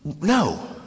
No